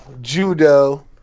Judo